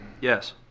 Yes